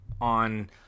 on